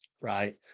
Right